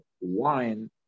wine